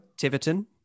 Tiverton